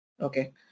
okay